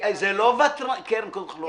קרן, קודם כל,